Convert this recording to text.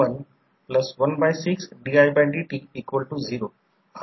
तर तेच येथे लिहिले गेले आहे म्हणजे याचा अर्थ येथे I2 I2 N1 N2 भरा म्हणून N1 N2 2 R2 होईल